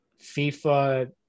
FIFA